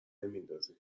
نمیندازیم